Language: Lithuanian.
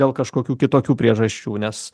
dėl kažkokių kitokių priežasčių nes